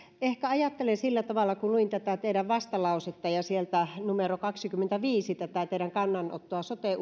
ehkä ajattelen sillä tavalla että kun luin tätä teidän vastalausettanne ja sieltä numeroa kaksikymmentäviisi tätä teidän kannanottoanne sote